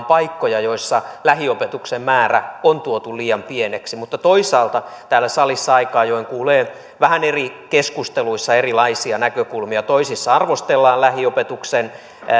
paikkoja joissa lähiopetuksen määrä on tuotu liian pieneksi mutta toisaalta täällä salissa aika ajoin kuulee eri keskusteluissa vähän erilaisia näkökulmia toisissa arvostellaan lähiopetuksen